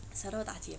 舌头打结